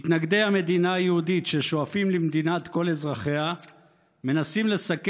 מתנגדי המדינה היהודית ששואפים למדינת כל אזרחיה מנסים לסכל